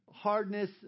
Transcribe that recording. hardness